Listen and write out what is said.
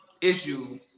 issue